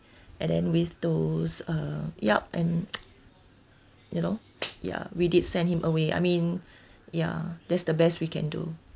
and then with those uh yup and you know ya we did send him away I mean ya that's the best we can do